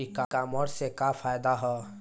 ई कामर्स से का फायदा ह?